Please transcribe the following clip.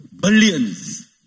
Billions